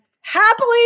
happily